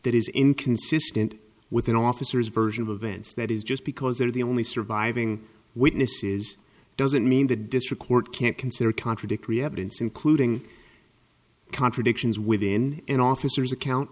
that is inconsistent with an officer's version of events that is just because they are the only surviving witnesses doesn't mean the district court can't consider contradictory evidence including contradictions within an officer's account